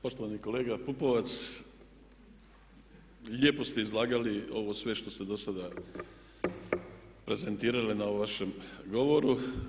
Poštovani kolega Pupovac, lijepo ste izlagali ovo sve što ste do sada prezentirali na ovom vašem govoru.